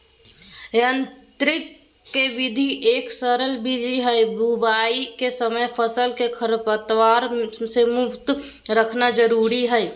यांत्रिक विधि एक सरल विधि हई, बुवाई के समय फसल के खरपतवार से मुक्त रखना जरुरी हई